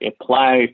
apply